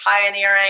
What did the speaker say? pioneering